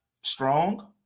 strong